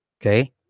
Okay